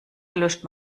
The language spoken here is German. gelöscht